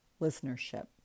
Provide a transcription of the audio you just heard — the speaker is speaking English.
listenership